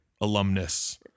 alumnus